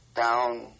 down